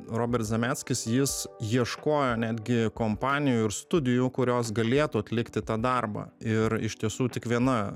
robert zemeckis jis ieškojo netgi kompanijų ir studijų kurios galėtų atlikti tą darbą ir iš tiesų tik viena